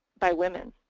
by women.